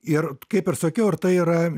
ir kaip ir sakiau ir tai yra